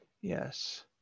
Yes